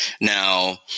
Now